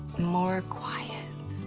more quiet.